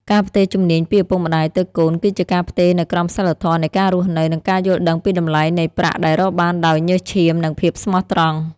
ការផ្ទេរជំនាញពីឪពុកម្ដាយទៅកូន គឺជាការផ្ទេរនូវក្រមសីលធម៌នៃការរស់នៅ និងការយល់ដឹងពីតម្លៃនៃប្រាក់ដែលរកបានដោយញើសឈាម និងភាពស្មោះត្រង់។